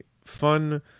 fun